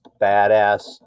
badass